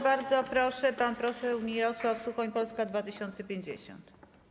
Bardzo proszę, pan poseł Mirosław Suchoń, Polska 2050.